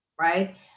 right